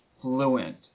fluent